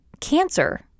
Cancer